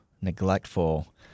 neglectful